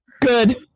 Good